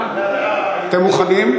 אתם מוכנים?